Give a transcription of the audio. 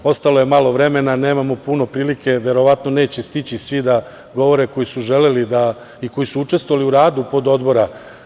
Ostalo je malo vremena, nemamo puno prilike, verovatno neće stići svi da govore koji su želeli i koji su učestvovali u radu Pododbora.